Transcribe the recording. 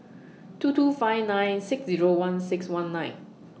two two five nine six Zero one six one nine